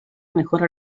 mejora